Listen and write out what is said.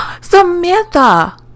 Samantha